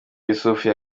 issoufou